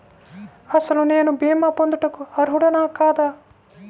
అసలు నేను భీమా పొందుటకు అర్హుడన కాదా?